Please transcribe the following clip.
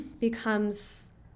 becomes